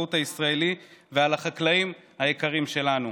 החקלאות הישראלי ועל החקלאים היקרים שלנו.